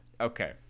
Okay